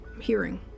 hearing